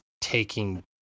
taking